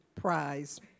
prize